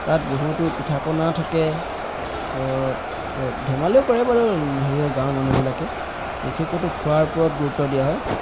তাত বহুতো পিঠা পনা থাকে তাৰপিছত ধেমালিও কৰে বাৰু হেৰিয়ৰ গাঁৱৰ মানুহবিলাকে বিশেষকৈতো খোৱাৰ ওপৰত গুৰুত্ব দিয়া হয়